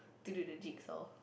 to do the jigsaw